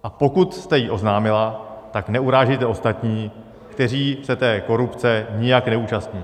A pokud jste ji oznámila, tak neurážejte ostatní, kteří se té korupce nijak neúčastní.